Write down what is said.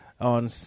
on